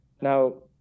Now